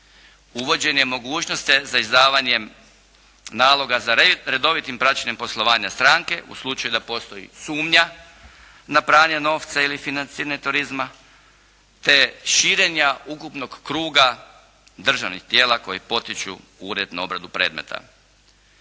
Uvođenje mogućosti za izdavanjem naloga za red redovitim praćenjem poslovanja stranke u slučaju da postoji sumnja na pranje novca ili financiranje turizma, te širenja ukupnog kruga državnih tijela koji potiču urednu obradu predmeta.